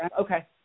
Okay